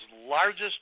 largest